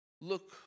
look